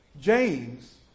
James